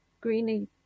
greeny